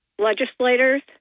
legislators